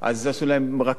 אז עשו להם רכבות.